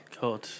God